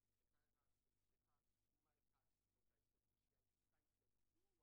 שאותה מדיניות, והנה התוצאות,